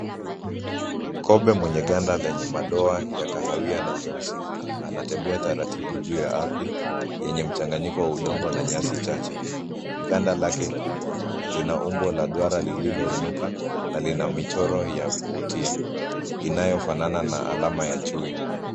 Kobe mwenye ganda lenye madoa ya kahawia na nyeusi, anatembea taratibu juu ya ardhi yenye mchanganyiko wa udongo na nyasi chache. Ganda lake kubwa lina umbo la duara lililoinuka na lina michoro ya kuvutia inayofanana na alama ya chui.